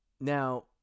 Now